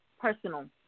personal